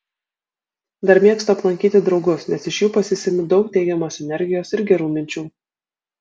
dar mėgstu aplankyti draugus nes iš jų pasisemiu daug teigiamos energijos ir gerų minčių